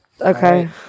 Okay